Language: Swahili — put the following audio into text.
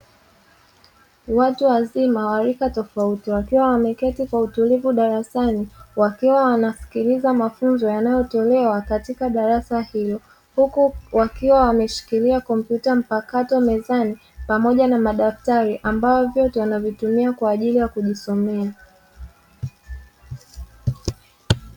Watu wazima wa rika tofauti wakiwa wameketi kwa utulivu darasani, wakiwa wanasikiliza mafunzo yanayotolewa katika darasa hilo. Huku wakiwa wameshikilia kompyuta mpakato mezani pamoja na madaftari, ambao vyote wanavitumia kwa ajili ya kujisomea.